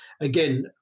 again